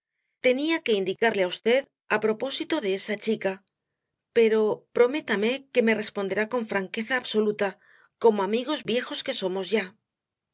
tenía que indicarle á v á propósito de esa chica pero prométame que me responderá con franqueza absoluta como amigos viejos que somos ya